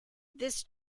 this